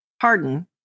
Pardon